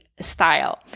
style